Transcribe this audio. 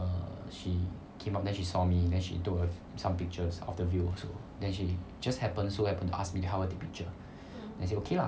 err she came up then she saw me then she took some pictures of the view also then she just happen so happen to ask me help her take picture I say okay lah